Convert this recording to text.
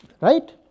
Right